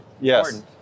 Yes